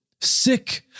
Sick